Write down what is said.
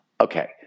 okay